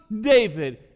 David